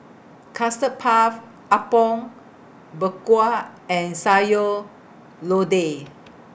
Custard Puff Apom Berkuah and Sayur Lodeh